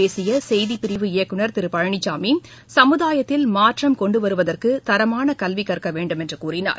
பேசியசுய்திப்பிரிவு விழாவில் இயக்குனர் திருபழனிசாமி சமுதாயத்தில் மாற்றம் கொண்டுவருவதற்குதரமானகல்விகற்கவேண்டும் என்றுகூறினார்